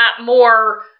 more